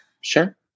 Sure